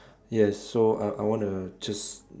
yes so I I wanna just